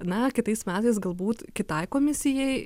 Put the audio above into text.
na kitais metais galbūt kitai komisijai